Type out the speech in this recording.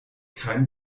kein